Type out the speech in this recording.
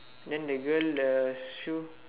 then the girl the shoe